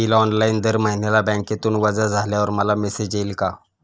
Bill online दर महिन्याला बँकेतून वजा झाल्यावर मला मेसेज येईल का?